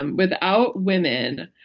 um without women,